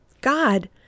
God